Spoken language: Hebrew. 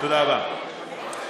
תודה רבה,